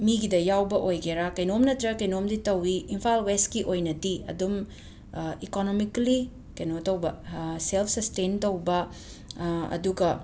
ꯃꯤꯒꯤꯗ ꯌꯥꯎꯕ ꯑꯣꯏꯒꯦꯔ ꯀꯩꯅꯣꯝ ꯅꯠꯇ꯭ꯔꯒ ꯀꯩꯅꯣꯝꯗꯤ ꯇꯧꯏ ꯏꯝꯐꯥꯜ ꯋꯦꯁꯀꯤ ꯑꯣꯏꯅꯗꯤ ꯑꯗꯨꯝ ꯏꯀꯣꯅꯣꯃꯤꯀꯂꯤ ꯀꯩꯅꯣ ꯇꯧꯕ ꯁꯦꯜꯞ ꯁꯁꯇꯦꯟ ꯇꯧꯕ ꯑꯗꯨꯒ